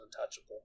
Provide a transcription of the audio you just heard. untouchable